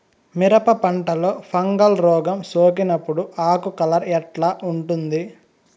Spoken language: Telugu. మిరప పంటలో ఫంగల్ రోగం సోకినప్పుడు ఆకు కలర్ ఎట్లా ఉంటుంది?